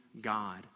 God